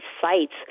sites